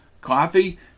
Coffee